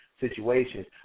situations